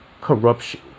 corruption